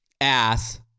ass